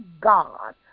God